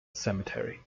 cemetery